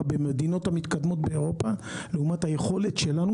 במדינות המתקדמות באירופה לעומת היכולת שלנו,